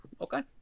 Okay